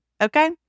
Okay